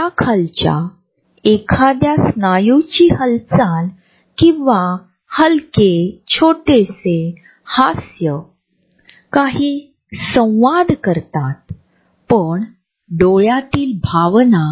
गर्दीच्या ठिकाणी लिफ्ट गाड्या रेस्टॉरंट ऑफिसमध्ये बसण्याची व्यवस्था तसेच कोणत्याही गर्दीच्या ठिकाणी असलेल्या जागेविषयीची वैयक्तिक पसंती यावर आपल्या वागण्याचे हे पैलू पाहू शकतो